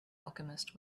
alchemist